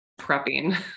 prepping